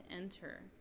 enter